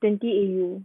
twenty A_U